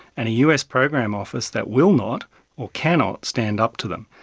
and a us program office that will not or cannot stand up to them.